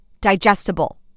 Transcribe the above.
digestible